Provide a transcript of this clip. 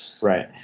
Right